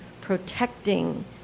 protecting